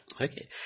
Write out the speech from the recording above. Okay